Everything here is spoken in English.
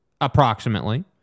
approximately